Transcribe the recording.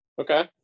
Okay